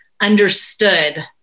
understood